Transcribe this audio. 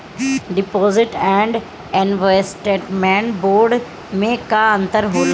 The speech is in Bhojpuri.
डिपॉजिट एण्ड इन्वेस्टमेंट बोंड मे का अंतर होला?